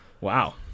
wow